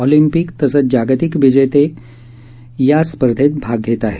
Olympic तसंच जागतिक विजेते या स्पर्धेत भाग घेत आहेत